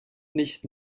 nicht